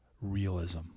realism